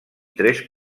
tres